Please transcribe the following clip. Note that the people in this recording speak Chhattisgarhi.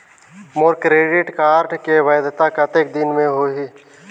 मोर क्रेडिट कारड के वैधता कतेक दिन कर होही?